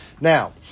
Now